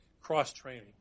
cross-training